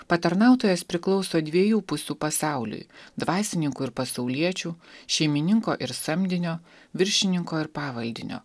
patarnautojas priklauso dviejų pusių pasauliui dvasininkų ir pasauliečių šeimininko ir samdinio viršininko ir pavaldinio